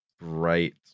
Right